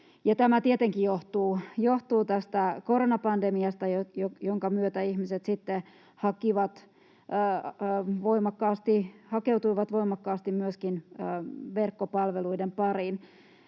Tämä tietenkin johtuu tästä koronapandemiasta, jonka myötä ihmiset sitten hakeutuivat voimakkaasti myöskin verkkopalveluiden pariin.